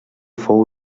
fou